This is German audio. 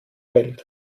welt